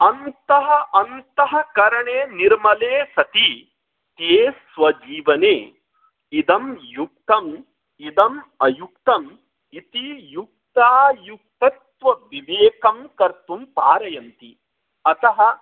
अन्तः अन्तःकरणे निर्मले सति ते स्वजीवने इदं युक्तम् इदम् अयुक्तम् इति युक्तायुक्तत्वविवेकं कर्तुं पारयन्ति अतः